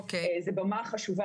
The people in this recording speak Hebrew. זו במה חשובה.